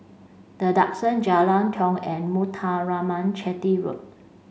the Duxton Jalan Tiong and Muthuraman Chetty Road